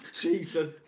Jesus